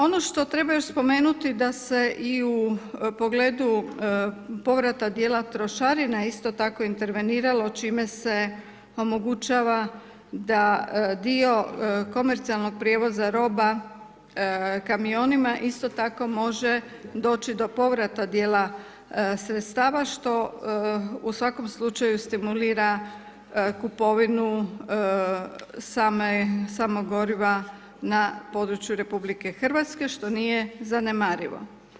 Ono što treba još spomenuti da se i u pogledu povrata dijela trošarina isto tako interveniralo čime se omogućava da dio komercijalnog prijevoza roba kamionima isto tako može doći do povrata dijela sredstava što u svakom slučaju stimulira kupovinu samog goriva na području RH što nije zanemarivo.